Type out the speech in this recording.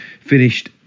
finished